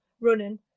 running